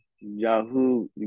Yahoo